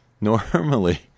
Normally